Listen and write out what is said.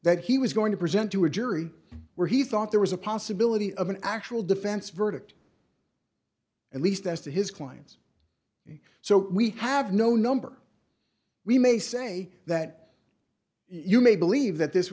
that he was going to present to a jury where he thought there was a possibility of an actual defense verdict and least as to his clients so we have no number we may say that you may believe that this